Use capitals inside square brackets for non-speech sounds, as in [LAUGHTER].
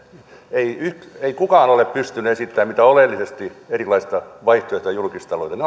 niin ei kukaan ole pystynyt esittämään mitään oleellisesti erilaista vaihtoehtoa julkistaloudelle [UNINTELLIGIBLE]